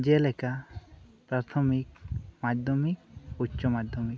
ᱡᱮᱞᱮᱠᱟ ᱯᱨᱟᱛᱷᱚᱢᱤᱠ ᱢᱟᱫᱽᱫᱷᱚᱢᱤᱠ ᱩᱪᱚ ᱢᱟᱫᱽᱫᱷᱚᱢᱤᱠ